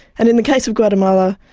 and in the case of guatemala,